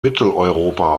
mitteleuropa